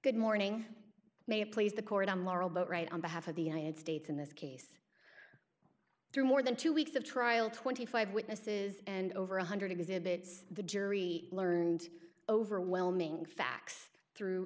good morning may it please the court i'm laurel but right on behalf of the united states in this case through more than two weeks of trial twenty five witnesses and over one hundred exhibits the jury learned overwhelming facts through